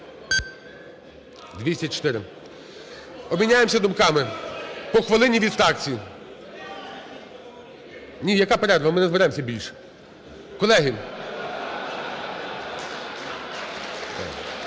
За-204 Обміняємося думками. По хвилині від фракцій. Ні, яка перерва, ми не зберемося більше. Колеги…